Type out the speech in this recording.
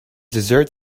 dessert